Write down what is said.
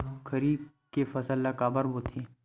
खरीफ के फसल ला काबर बोथे?